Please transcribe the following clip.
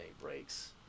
breaks